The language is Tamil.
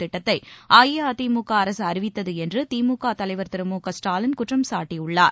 திட்டத்தை அஇஅதிமுக அரசு அறிவித்ததுஎன்றுதிமுகதலைவர்திரு மு க ஸ்டாலின் குற்றம் சாட்டியுள்ளார்